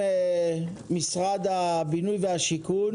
אנחנו ממשיכים עם משרד הבינוי והשיכון